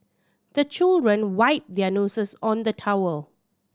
the children wipe their noses on the towel